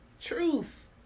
truth